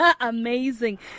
Amazing